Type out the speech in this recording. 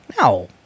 No